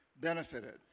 benefited